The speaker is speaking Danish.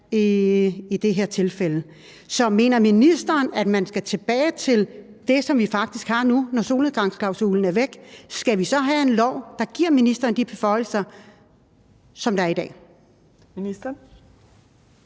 ikke ville have. Så mener ministeren, at man skal tilbage til det, som vi faktisk har nu, når solnedgangsklausulen er væk? Skal vi så have en lov, der giver ministeren de beføjelser, som der er i dag? Kl.